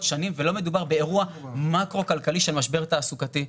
שנים ולא מדובר באירוע מקרו כלכלי של משבר תעסוקתי.